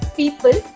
people